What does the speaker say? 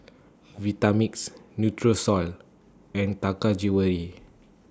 Vitamix Nutrisoy and Taka Jewelry